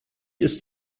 ist